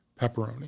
pepperoni